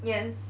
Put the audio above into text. yes